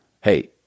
hey